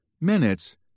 minutes